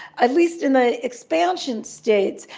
at least in the expansion states,